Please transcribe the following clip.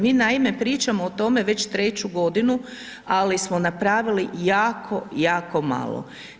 Mi naime pričamo o tome već treću godinu, ali smo napravili jako, jako malo.